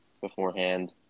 beforehand